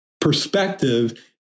perspective